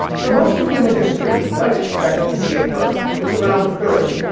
for most of human history, life expectancy at birth was around thirty.